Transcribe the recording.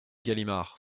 galimard